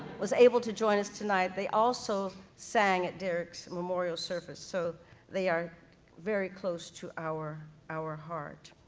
was able to join us tonight. they also sang at derrick's memorial service, so they are very close to our our heart.